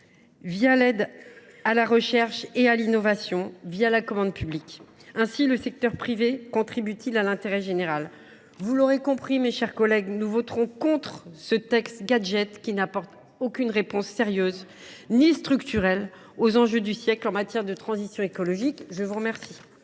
par l’aide à la recherche et à l’innovation et par la commande publique. Ainsi le secteur privé contribue t il à l’intérêt général. Vous l’aurez compris, mes chers collègues, nous voterons contre ce texte gadget, qui n’apporte aucune réponse sérieuse et structurelle aux enjeux du siècle en matière de transition écologique. Quelle